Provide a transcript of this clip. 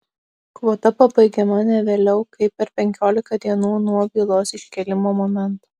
kvota pabaigiama ne vėliau kaip per penkiolika dienų nuo bylos iškėlimo momento